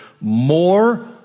More